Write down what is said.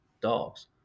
dogs